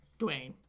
Dwayne